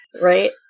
Right